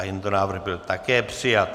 Tento návrh byl také přijat.